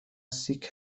سیک